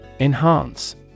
Enhance